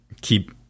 keep